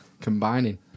combining